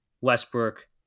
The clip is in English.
Westbrook